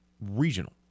regional